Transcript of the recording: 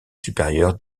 supérieur